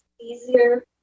easier